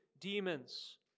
demons